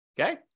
okay